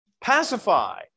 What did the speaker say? pacify